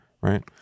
right